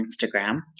Instagram